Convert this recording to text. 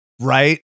Right